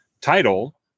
title